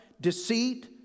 deceit